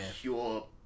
pure